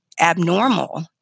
abnormal